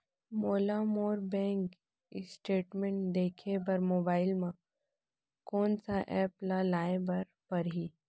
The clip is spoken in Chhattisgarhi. मोला मोर बैंक स्टेटमेंट देखे बर मोबाइल मा कोन सा एप ला लाए बर परही?